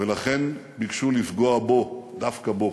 ולכן ביקשו לפגוע בו, דווקא בו.